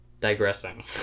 digressing